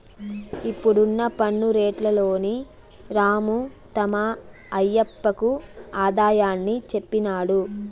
ఇప్పుడున్న పన్ను రేట్లలోని రాము తమ ఆయప్పకు ఆదాయాన్ని చెప్పినాడు